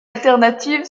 alternative